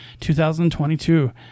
2022